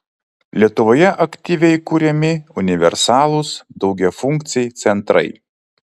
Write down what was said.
lietuvoje aktyviai kuriami universalūs daugiafunkciai centrai